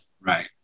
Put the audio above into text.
Right